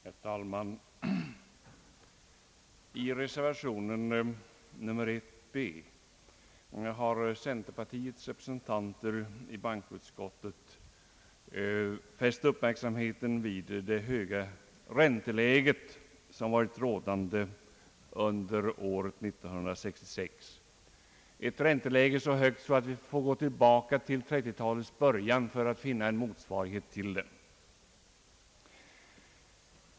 Herr talman! I reservation nr 1 b har centerpartiets representanter i bankoutskottet fäst uppmärksamheten vid det höga ränteläge som varit rådande under år 1966 — ett ränteläge så högt att vi får gå tillbaka till 1930 talets början för att finna en motsvarighet till det.